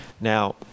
Now